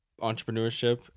entrepreneurship